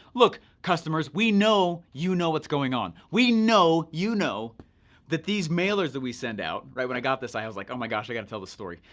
look customers, we know, you know what's going on. we know you know that these mailers that we send out, when i got this i was like, oh my gosh, i gotta tell this story.